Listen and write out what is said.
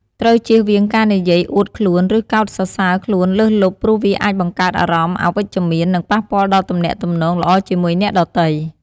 ត្រូវជៀសវាងការនិយាយអួតខ្លួន ឬការសរសើរខ្លួនលើសលប់ ព្រោះវាអាចបង្កើតអារម្មណ៍អវិជ្ជមាន និងប៉ះពាល់ដល់ទំនាក់ទំនងល្អជាមួយអ្នកដទៃ។